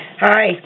Hi